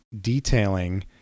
detailing